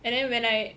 and then when I